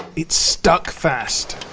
it's stuck fast.